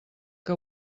que